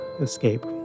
Escape